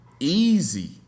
easy